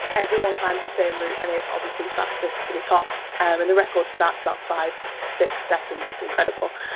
everyone climbs the same route and it's obviously fastest to the top. and the record for that's about five, six seconds it's incredible.